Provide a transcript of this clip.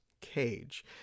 Cage